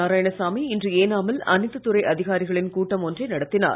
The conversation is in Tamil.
நாராயணசாமி இன்று ஏனாமில் அனைத்து துறை அதிகாரிகளின் கூட்டம் ஒன்றை நடத்தினார்